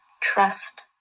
Trust